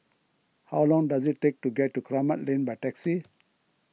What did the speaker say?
how long does it take to get to Kramat Lane by taxi